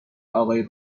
آقای